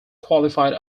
qualified